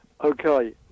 Okay